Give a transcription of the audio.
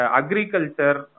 agriculture